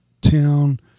town